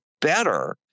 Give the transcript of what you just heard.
better